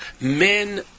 men